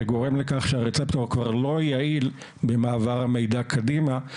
שגורם לכך שהרצפטור כבר לא יעיל במעבר המידע קדימה,